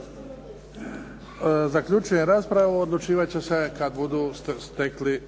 Zaključujem raspravu. Odlučivat će se kada budu stekli